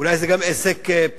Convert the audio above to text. אולי זה גם עסק פרטי,